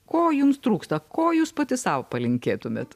ko jums trūksta ko jūs pati sau palinkėtumėt